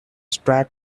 track